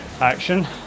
action